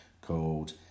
called